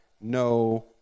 no